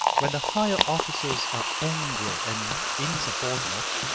when the higher officers are angry and insubordinate,